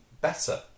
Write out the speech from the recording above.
better